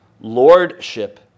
lordship